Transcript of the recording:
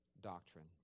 doctrine